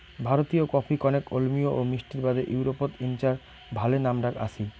ভারতীয় কফি কণেক অম্লীয় ও মিষ্টির বাদে ইউরোপত ইঞার ভালে নামডাক আছি